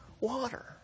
Water